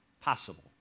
possible